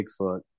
Bigfoot